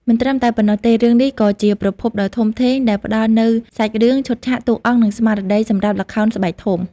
មិនត្រឹមតែប៉ុណ្ណោះទេ រឿងនេះក៏ជាប្រភពដ៏ធំធេងដែលផ្ដល់នូវសាច់រឿង ឈុតឆាក តួអង្គ និងស្មារតីសម្រាប់ល្ខោនស្បែកធំ ។